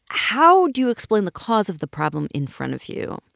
how do you explain the cause of the problem in front of you?